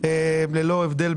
מי במזון,